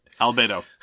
Albedo